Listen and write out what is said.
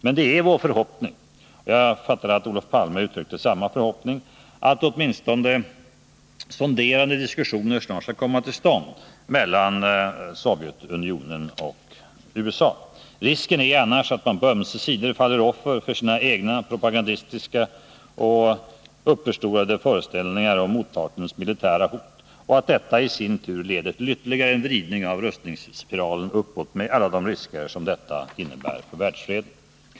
Men det är vår förhoppning — Olof Palme tycktes uttrycka samma förhoppning — att åtminstone sonderande diskussioner snart skall komma till stånd mellan Sovjetunionen och USA. Risken är annars att man på ömse sidor faller offer för sina egna propagandistiska och uppförstorade föreställningar om motpartens militära hot och att detta i sin tur leder till ytterligare en vridning av rustningsspiralen uppåt med alla de risker som detta innebär för världsfreden.